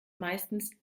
meistens